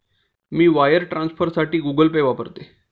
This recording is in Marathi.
मी वायर ट्रान्सफरसाठी गुगल पे वापरते